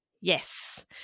Yes